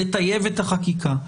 לטייב את החקיקה.